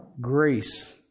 grace